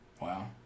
Wow